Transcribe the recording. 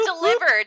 delivered